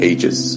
Ages